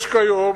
יש כיום